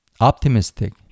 optimistic